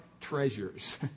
treasures